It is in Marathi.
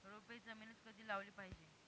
रोपे जमिनीत कधी लावली पाहिजे?